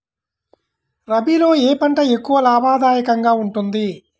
రబీలో ఏ పంట ఎక్కువ లాభదాయకంగా ఉంటుంది?